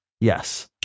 yes